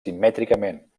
simètricament